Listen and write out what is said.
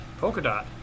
Polkadot